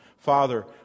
Father